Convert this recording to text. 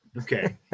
okay